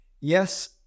Yes